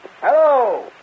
Hello